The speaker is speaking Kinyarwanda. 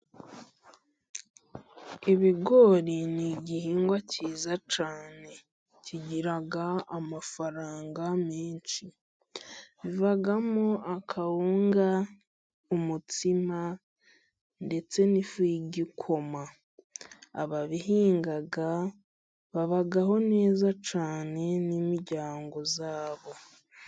Ibigori ni igihingwa cyiza cyane kigira amafaranga menshi, bivamo akawunga, umutsima ndetse n'ifu y'igikoma. Ababihinga babaho neza cyane n'imiryango yabo.